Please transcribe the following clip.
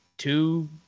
two